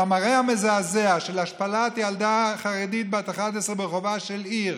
המראה המזעזע של השפלת ילדה חרדית בת 11 ברחובה של עיר